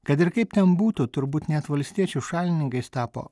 kad ir kaip ten būtų turbūt net valstiečių šalininkais tapo